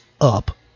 Up